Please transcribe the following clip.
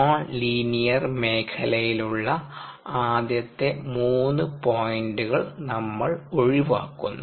non linear മേഖലയിലുള്ള ആദ്യത്തെ 3 പോയിന്റുകൾ നമ്മൾ ഒഴിവാക്കുന്നു